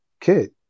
kid